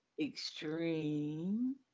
extreme